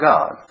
God